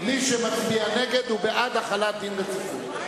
מי שמצביע נגד הוא בעד החלת דין רציפות.